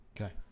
Okay